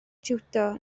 jiwdo